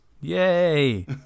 Yay